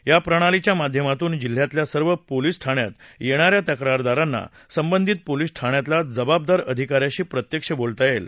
या प्रणालीच्या माध्यमातून जिल्ह्यातल्या सर्व पोलीस ठाण्यात येणाऱ्या तक्रारदारांना संबंधित पोलीस ठाण्यातल्या जबाबदार अधिकाऱ्याशी प्रत्यक्ष बोलता येईल